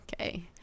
Okay